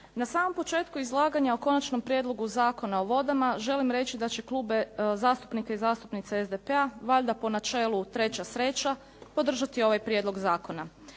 Na samom početku izlaganja o Konačnom prijedlogu Zakona o vodama želim reći da će Klub zastupnika i zastupnica SDP-a valjda po načelu treća sreća podržati ovaj prijedlog zakona.